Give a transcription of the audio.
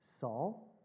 Saul